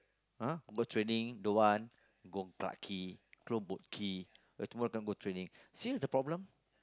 !huh! go training don't want go Clarke-Quay go Boat-Quay then tomorrow can't go training see what's the problem